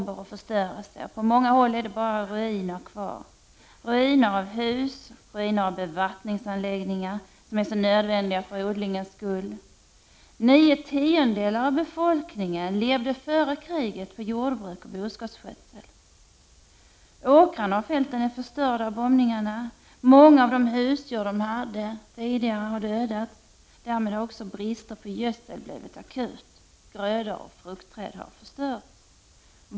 1989/90:35 relse. På många håll är det bara ruiner kvar — ruiner av hus, ruiner av bevatt — 29 november 1989 ningsanläggningar som är så nödvändiga för odlingens skull. Nio tiondelar. Zn av befolkningen levde före kriget på jordbruk och boskapsskötsel. Åkrarna och fälten är förstörda av bombningarna. Många av de husdjur de tidigare hade har dödats. Därmed har också bristen på gödsel blivit akut. Grödor och fruktträd har förstörts.